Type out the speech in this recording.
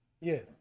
Yes